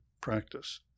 practice